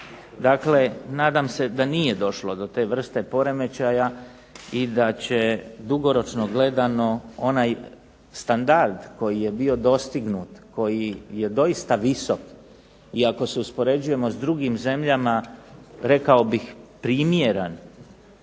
Dakle nadam se da nije došlo do te vrste poremećaja, i da će dugoročno gledano onaj standard koji je bio dostignut, koji je doista visok i ako se uspoređujemo s drugim zemljama rekao bih primjeran